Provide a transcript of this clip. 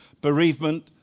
bereavement